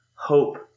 hope